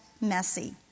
messy